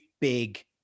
big